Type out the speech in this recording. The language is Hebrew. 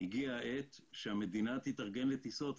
הגיעה העת שהמדינה תתארגן לטיסות.